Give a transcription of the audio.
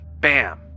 bam